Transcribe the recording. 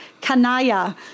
Kanaya